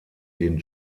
den